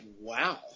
wow